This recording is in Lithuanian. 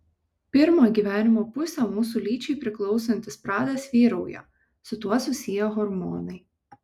pirmą gyvenimo pusę mūsų lyčiai priklausantis pradas vyrauja su tuo susiję hormonai